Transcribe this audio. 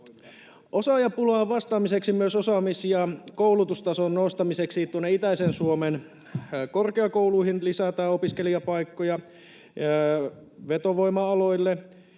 Osaajapulaan vastaamiseksi — myös osaamis- ja koulutustason nostamiseksi — Itä-Suomen korkeakouluihin lisätään opiskelijapaikkoja. Vetovoima-aloille